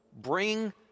Bring